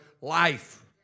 life